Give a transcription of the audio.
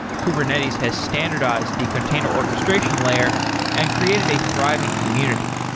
kubernetes has standardized the container orchestration layer and created a thriving community.